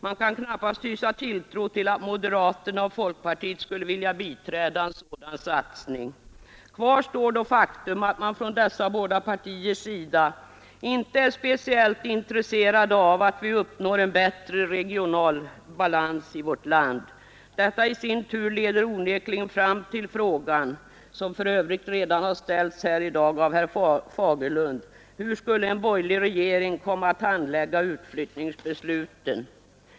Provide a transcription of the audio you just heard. Man kan knappast visa tilltro till att moderata samlingspartiet och folkpartiet skulle vilja biträda en sådan satsning. Kvar står då det faktum att man från dessa båda partiers sida inte är speciellt intresserad av att vi uppnår en bättre regional balans i vårt land. Detta leder i sin tur till frågan: Hur skulle en borgerlig regering komma att handlägga utflyttningsbesluten? — Denna fråga har för övrigt redan i dag ställts av herr Fagerlund.